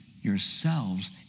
yourselves